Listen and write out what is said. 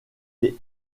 les